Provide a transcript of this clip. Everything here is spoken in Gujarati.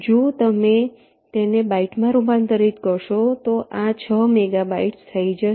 જો તમે તેને બાઈટમાં રૂપાંતરિત કરશો તો આ 6 મેગાબાઈટ્સ થઈ જશે